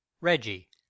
reggie